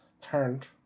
turned